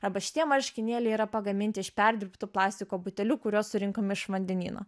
arba šitie marškinėliai yra pagaminti iš perdirbtų plastiko butelių kuriuos surinkome iš vandenyno